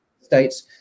states